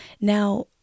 Now